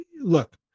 look